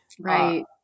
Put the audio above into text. Right